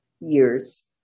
years